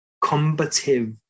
combative